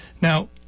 Now